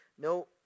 No